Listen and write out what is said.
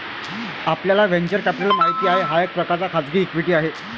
आपल्याला venture capital माहित आहे, हा एक प्रकारचा खाजगी इक्विटी आहे